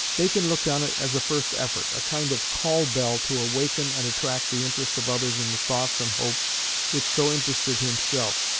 bacon looked on it as a first effort, a kind of call-bell to awaken and attract the interest of others in the thoughts and hopes which so interested himself.